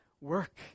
work